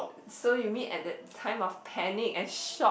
so you mean at that time of panic and shock